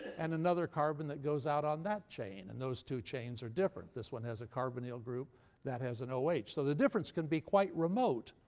and another carbon that goes out on that chain. and those two chains are different. this one has a carbonyl group that has an oh. so the difference can be quite remote.